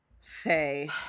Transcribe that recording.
say